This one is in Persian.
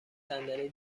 صندلی